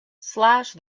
slash